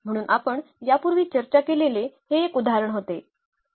म्हणून आपण यापूर्वी चर्चा केलेले हे एक उदाहरण होते